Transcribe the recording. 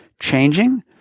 changing